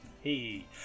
hey